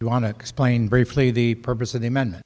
you want to explain briefly the purpose of the men